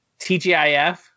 TGIF